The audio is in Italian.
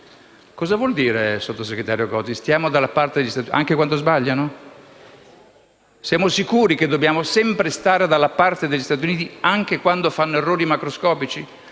Cosa vuol dire, sottosegretario Gozi? Stiamo dalla parte degli Stati Uniti anche quando sbagliano? Siamo sicuri che dobbiamo sempre stare dalla parte degli Stati Uniti anche quando fanno errori macroscopici?